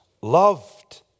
loved